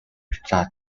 richard